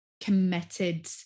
committed